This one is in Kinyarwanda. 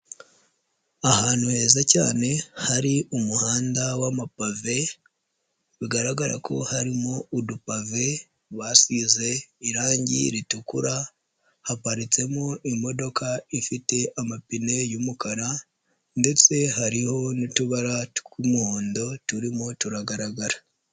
Ahantu heza cyane hari umuhanda w'amapave bigaragara ko harimo udupave basize irangi ritukura, haparitsemo imodoka ifite amapine y'umukara ndetse hariho n'utubara tw'umuhondo turimo turagaragara.